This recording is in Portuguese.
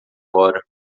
hora